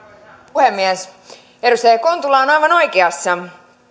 kontula on aivan oikeassa